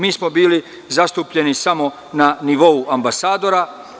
Mi smo bili zastupljeni samo na nivou ambasadora.